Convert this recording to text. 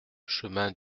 chemin